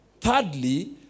thirdly